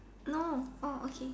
no okay